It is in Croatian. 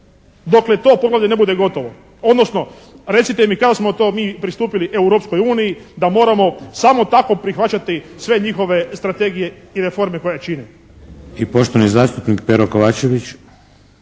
dokle to poglavlje ne bude gotovo. Odnosno, recite mi kada smo to mi pristupili Europskoj uniji da moramo samo tako prihvaćati sve njihove strategije i reforme koje čine?